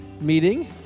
meeting